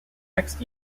next